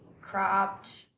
cropped